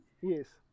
yes